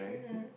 mmhmm